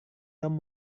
tom